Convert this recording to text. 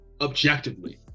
objectively